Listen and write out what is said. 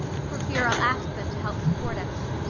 for fear i'll ask them to help support us.